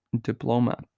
diploma